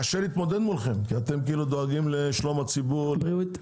קשה להתמודד מולכם כי אתם דואגים לכאורה לבריאות הציבור.